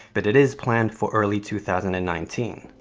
but it is planned for early two thousand and nineteen.